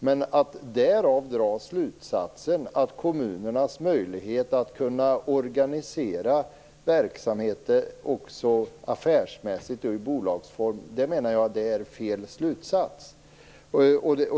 Men därav kan man inte dra någon slutsats om kommunernas möjlighet att organisera verksamheter också affärsmässigt i bolagsform. Det är, menar jag, fel slutsats.